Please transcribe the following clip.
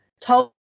told